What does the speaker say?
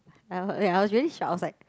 I were ya I was really shock I was like